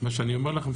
מה שאני אומר לכם,